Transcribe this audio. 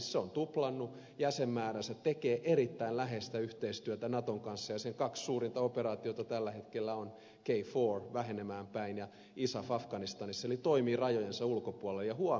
se on tuplannut jäsenmääränsä tekee erittäin läheistä yhteistyötä venäjän kanssa ja sen kaksi suurinta operaatiota tällä hetkellä ovat kfor vähenemään päin ja isaf afganistanissa eli se toimii rajojensa ulkopuolella ja huom